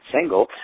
single